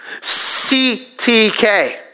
CTK